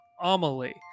amelie